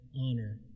honor